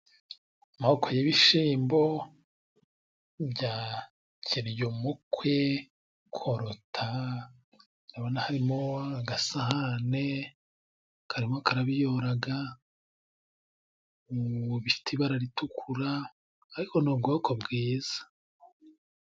Amoko y'ibishimbo bya kiryumukwe, korota ndabona harimo agasahane karimo karabiyoraga bifite ibara ritukura ariko ni ubwoko bwiza.